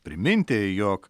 priminti jog